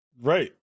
Right